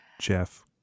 Jeff